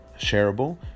shareable